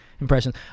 impressions